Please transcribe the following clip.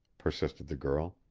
persisted the girl.